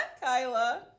Kyla